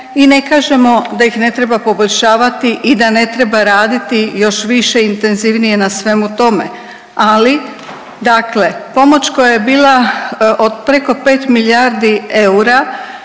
i ne kažemo da ih ne treba poboljšavati i da ne treba raditi još više i intenzivnije na svemu tome. Ali, dakle, pomoć koja je bila od preko 5 milijardi eura